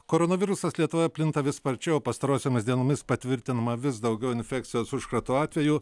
koronavirusas lietuvoje plinta vis sparčiau pastarosiomis dienomis patvirtinama vis daugiau infekcijos užkrato atvejų